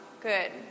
Good